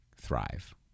thrive